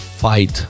Fight